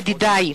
ידידי,